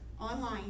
online